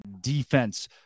defense